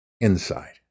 inside